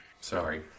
Sorry